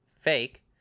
fake